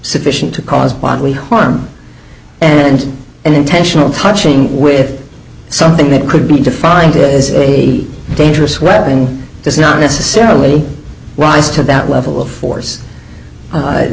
sufficient to cause bodily harm and an intentional touching with something that could be defined as a dangerous weapon does not necessarily rise to that level of force